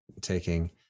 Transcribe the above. taking